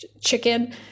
chicken